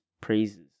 praises